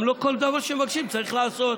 וגם לא כל דבר שמבקשים צריך לעשות.